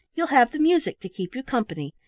you'll have the music to keep you company,